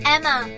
Emma